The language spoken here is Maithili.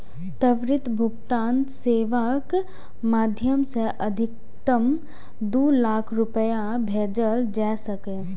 त्वरित भुगतान सेवाक माध्यम सं अधिकतम दू लाख रुपैया भेजल जा सकैए